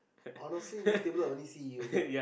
honestly this table I only see you